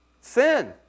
Sin